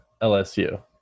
LSU